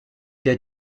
der